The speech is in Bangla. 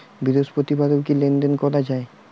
বৃহস্পতিবারেও কি লেনদেন করা যায়?